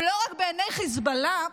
ולא רק בעיניי חיזבאללה,